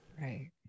Right